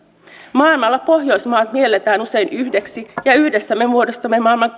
maailmalla pohjoismaat mielletään usein yhdeksi ja yhdessä me muodostamme maailman